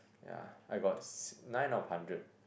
ya I got s~ nine out of hundred